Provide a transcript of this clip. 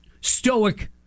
stoic